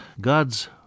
God's